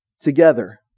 together